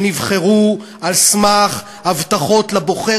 שנבחרו על סמך הבטחות לבוחר